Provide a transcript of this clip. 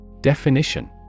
Definition